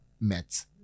met